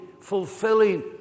fulfilling